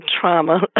trauma